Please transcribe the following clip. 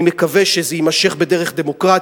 אני מקווה שזה יימשך בדרך דמוקרטית,